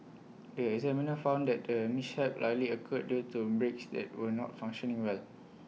the examiner found that the mishap likely occurred due to brakes that were not functioning well